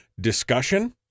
discussion